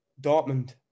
Dortmund